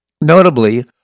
Notably